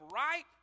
right